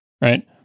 Right